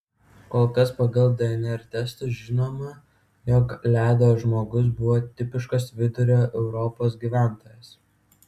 kol kas pagal dnr testus žinoma jog ledo žmogus buvo tipiškas vidurio europos gyventojas